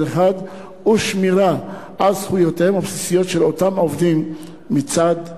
אחד והשמירה על זכויותיהם הבסיסיות של אותם עובדים מצד שני.